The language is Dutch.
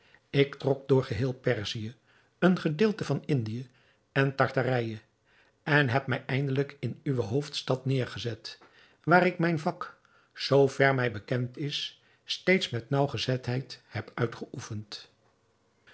ik trok door geheel perzië een gedeelte van indië en tartarijë en heb mij eindelijk in uwe hoofdstad neêrgezet waar ik mijn vak zoo ver mij bekend is steeds met naauwgezetheid heb uitgeoefend